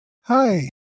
Hi